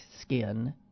skin